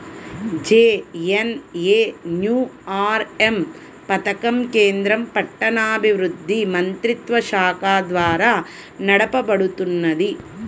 JNNURM పథకం కేంద్ర పట్టణాభివృద్ధి మంత్రిత్వశాఖ ద్వారా నడపబడుతున్నది